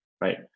right